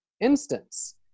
instance